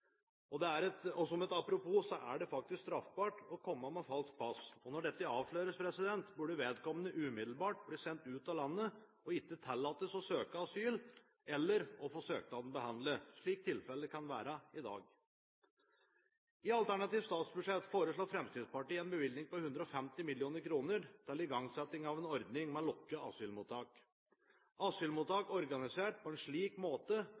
Som et apropos: Det er faktisk straffbart å komme med falskt pass. Når dette avsløres, burde vedkommende umiddelbart bli sendt ut av landet og ikke tillates å søke asyl eller å få søknaden behandlet, slik tilfellet kan være i dag. I alternativt statsbudsjett foreslår Fremskrittspartiet en bevilgning på 150 mill. kr til igangsetting av en ordning med lukkede asylmottak, asylmottak organisert på en slik måte